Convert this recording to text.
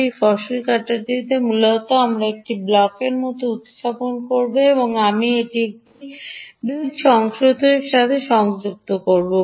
এই ফসল কাটারটি মূলত আমি একটি ব্লকের মতো উপস্থাপন করব এবং আমি এটি একটি ব্রিজ সংশোধককে সংযুক্ত করতে হবে